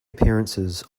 appearances